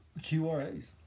QRAs